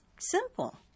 simple